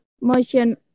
motion